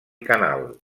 canal